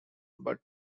but